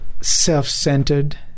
self-centered